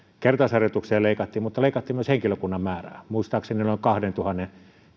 kertausharjoituksia leikattiin mutta leikattiin myös henkilökunnan määrää muistaakseni noin kahdentuhannen